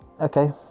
okay